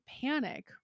panic